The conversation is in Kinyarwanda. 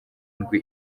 ndwi